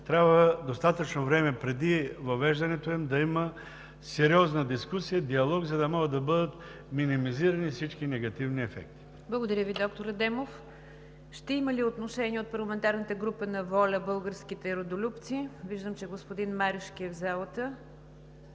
трябва достатъчно време преди въвеждането им да има сериозна дискусия, диалог, за да могат да бъдат минимизирани всички негативни ефекти. ПРЕДСЕДАТЕЛ НИГЯР ДЖАФЕР: Благодаря Ви, доктор Адемов. Ще има ли отношение от парламентарната група на „ВОЛЯ – Българските Родолюбци“? Виждам, че господин Марешки е в залата.